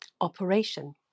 Operation